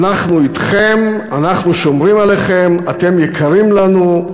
אנחנו אתכם, אנחנו שומרים עליכם, אתם יקרים לנו.